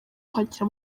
kwakira